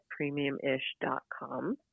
premiumish.com